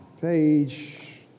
Page